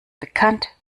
bekannt